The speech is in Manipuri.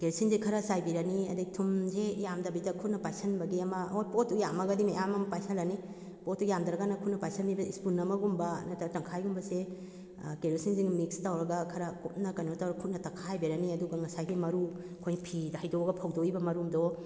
ꯀꯦꯔꯣꯁꯤꯟꯁꯤ ꯈꯔ ꯆꯥꯏꯕꯤꯔꯅꯤ ꯑꯗꯩ ꯊꯨꯝꯁꯤ ꯌꯥꯝꯗꯕꯤꯗ ꯈꯨꯠꯅ ꯄꯥꯏꯁꯟꯕꯒꯤ ꯑꯃ ꯍꯣꯏ ꯄꯣꯠꯇꯣ ꯌꯥꯝꯃꯒꯗꯤ ꯃꯌꯥꯝ ꯑꯃ ꯄꯥꯏꯁꯜꯂꯅꯤ ꯄꯣꯠꯇꯣ ꯌꯥꯝꯗ꯭ꯔꯒꯅ ꯈꯨꯠꯅ ꯄꯥꯏꯁꯜꯂꯤꯕ ꯏꯁꯄꯨꯟ ꯑꯃ ꯒꯨꯝꯕ ꯅꯠꯇ꯭꯭ꯔꯒ ꯇꯪꯈꯥꯏꯒꯨꯝꯕꯁꯦ ꯀꯦꯔꯣꯁꯤꯟꯁꯤꯒ ꯃꯤꯛꯁ ꯇꯧꯔꯒ ꯈꯔ ꯀꯨꯞꯅ ꯀꯩꯅꯣ ꯇꯧꯔꯒ ꯈꯨꯠꯅ ꯇꯛꯈꯥꯏꯕꯤꯔꯅꯤ ꯑꯗꯨꯒ ꯉꯁꯥꯏꯒꯤ ꯃꯔꯨ ꯑꯩꯈꯣꯏ ꯐꯤꯗ ꯍꯩꯗꯣꯛꯑꯒ ꯐꯧꯗꯣꯛꯏꯕ ꯃꯔꯨꯗꯣ